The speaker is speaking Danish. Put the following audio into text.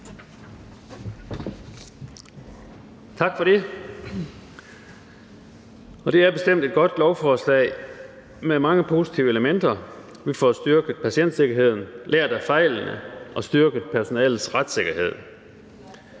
Tak for det. Det er bestemt et godt lovforslag med mange positive elementer. Vi får styrket patientsikkerheden, lært af fejlene og styrket personalets retssikkerhed.